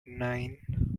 nine